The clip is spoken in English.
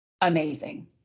amazing